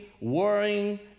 worrying